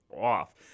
off